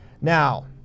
Now